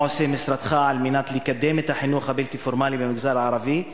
מה עושה משרדך על מנת לקדם את החינוך הבלתי פורמלי במגזר הערבי,